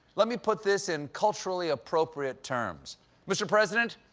let me put this in culturally appropriate terms mr. president,